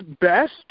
best